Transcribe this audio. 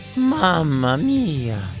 mama mia